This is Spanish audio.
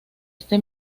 este